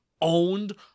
owned